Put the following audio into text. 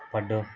ಪಡ್ಡು